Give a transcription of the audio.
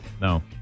No